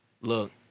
look